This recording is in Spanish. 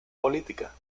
política